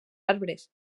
arbres